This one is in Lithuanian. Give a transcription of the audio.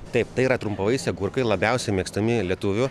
taip tai yra trumpavaisiai agurkai labiausiai mėgstami lietuvių